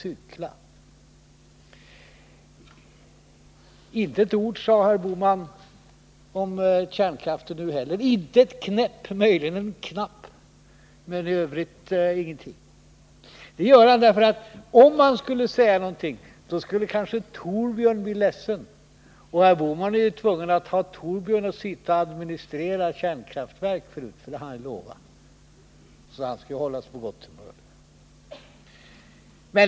Herr Bohman sade inte heller nu ett ord om kärnkraften — inte ett knäpp, möjligen en knapp — men i övrigt ingenting. Om han skulle säga någonting skulle kanske Thorbjörn bli ledsen, och herr Bohman är ju tvungen att låta Thorbjörn sitta och administrera kärnkraftverk, för det har han ju lovat. Thorbjörn måste alltså hållas på gott humör.